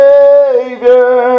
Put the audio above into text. Savior